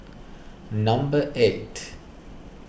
number eight